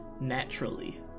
naturally